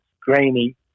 grainy